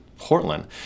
Portland